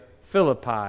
Philippi